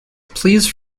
please